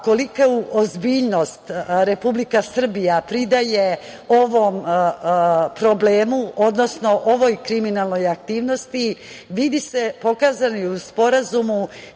koliku ozbiljnost Republika Srbija pridaje ovom problemu, odnosno ovoj kriminalnoj aktivnosti, pokazano je u sporazumu